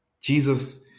jesus